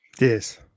Yes